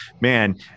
man